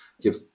give